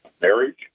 marriage